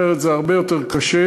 אחרת זה הרבה יותר קשה.